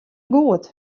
goed